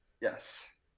Yes